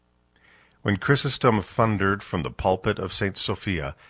when chrysostom thundered, from the pulpit of st. sophia,